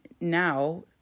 now